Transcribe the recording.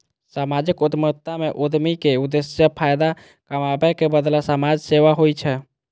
सामाजिक उद्यमिता मे उद्यमी के उद्देश्य फायदा कमाबै के बदला समाज सेवा होइ छै